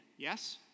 Yes